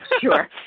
Sure